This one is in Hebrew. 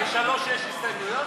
ל-3 יש הסתייגויות?